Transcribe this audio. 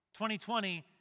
2020